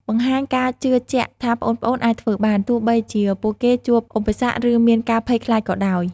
បង្ហាញការជឿជាក់ថាប្អូនៗអាចធ្វើបាន ទោះបីជាពួកគេជួបឧបសគ្គ ឬមានការភ័យខ្លាចក៏ដោយ។